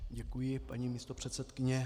Děkuji, paní místopředsedkyně.